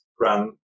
run